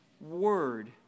word